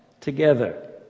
together